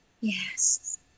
Yes